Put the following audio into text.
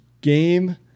game